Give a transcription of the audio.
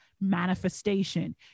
manifestation